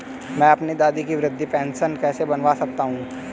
मैं अपनी दादी की वृद्ध पेंशन कैसे बनवा सकता हूँ?